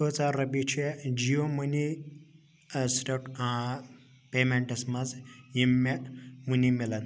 کٲژاہ رۄپیہِ چھےٚ جِیو مٔنی پیمٮ۪نٛٹَس منٛز یِم مےٚ وُنی میلن